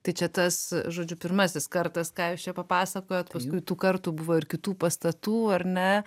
tai čia tas žodžiu pirmasis kartas ką jūs čia papasakojot paskui tų kartų buvo ir kitų pastatų ar ne